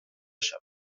شود